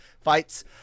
fights